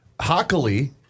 Hockley